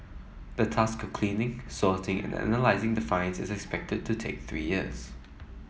the task cleaning sorting and analysing the finds is expected to take three years